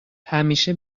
همیشه